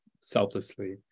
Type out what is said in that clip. selflessly